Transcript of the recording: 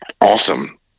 Awesome